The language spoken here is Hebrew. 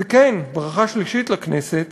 וכן, ברכה שלישית לכנסת